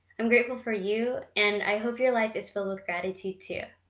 i'm grateful for you, and i hope your life is filled with gratitude, too.